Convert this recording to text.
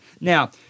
Now